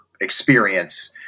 experience